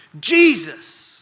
Jesus